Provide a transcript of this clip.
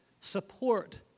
support